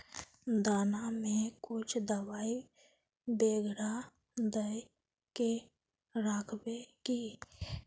दाना में कुछ दबाई बेगरा दय के राखबे की?